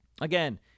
Again